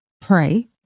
pray